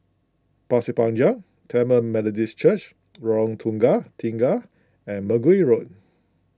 Pasir Panjang Tamil Methodist Church Lorong Tukang Tiga and Mergui Road